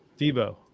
Debo